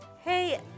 hey